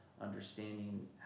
understanding